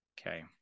okay